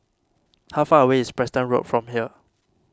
how far away is Preston Road from here